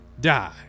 die